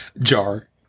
Jar